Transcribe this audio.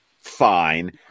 fine